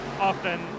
often